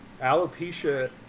Alopecia